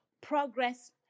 progress